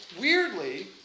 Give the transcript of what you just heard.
weirdly